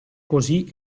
così